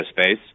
space